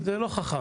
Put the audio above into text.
זה לא חכם.